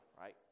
right